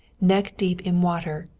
neck deep in water,